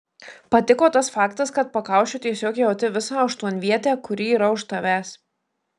patiko tas faktas kad pakaušiu tiesiog jauti visą aštuonvietę kuri yra už tavęs